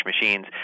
machines